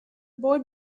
boy